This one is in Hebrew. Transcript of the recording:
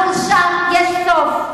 לחולשה יש סוף.